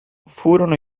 furono